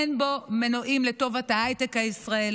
אין בו מנועים לטובת ההייטק הישראלי,